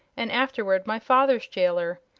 and afterward my father's jailor.